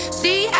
see